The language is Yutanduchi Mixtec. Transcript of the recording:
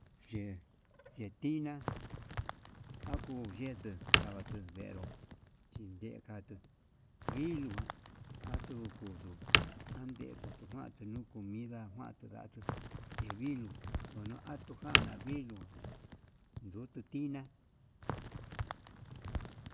Ye'e ye'e tiná kuu yetu ndatu venró chinde katuu, viluu ján atuu ngutu ande kutu nguate ande nuu comida kuante ndatuu he viluu ono kana viluu, ndutu tiná.